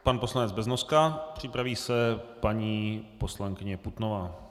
Pan poslanec Beznoska, připraví se paní poslankyně Putnová.